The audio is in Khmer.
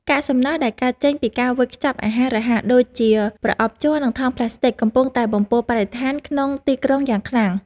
កាកសំណល់ដែលកើតចេញពីការវេចខ្ចប់អាហាររហ័សដូចជាប្រអប់ជ័រនិងថង់ផ្លាស្ទិចកំពុងតែបំពុលបរិស្ថានក្នុងទីក្រុងយ៉ាងខ្លាំង។